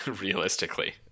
realistically